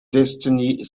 destiny